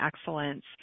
excellence